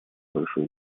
большой